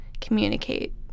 communicate